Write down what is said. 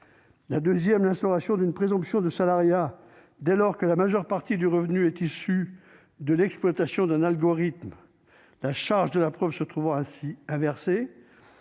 ; deuxièmement, l'instauration d'une présomption de salariat dès lors que la majeure partie du revenu est issue de l'exploitation d'un algorithme, la charge de la preuve se trouvant ainsi inversée